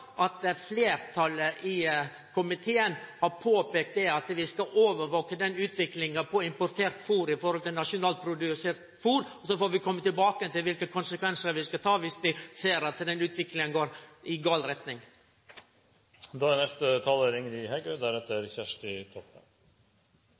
at fleirtalet i komiteen har peikt på at vi skal overvake utviklinga på importert fôr i forhold til nasjonalt produsert fôr. Så får vi kome tilbake til konsekvensane dersom utviklinga går i feil retning. Jordbruksmeldinga omhandlar heile verdikjeda – også næringsmiddelindustrien. Næringsmiddelindustrien sysselset direkte nesten 50 000 personar og er